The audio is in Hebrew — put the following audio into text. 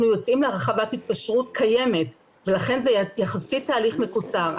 יוצאים להרחבת התקשרות קיימת ולכן זה יחסית תהליך מקוצר.